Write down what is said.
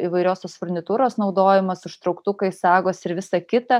įvairios tos furnitūros naudojimas užtrauktukai sagos ir visa kita